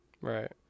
Right